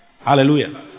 Hallelujah